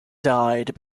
died